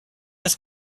his